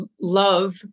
love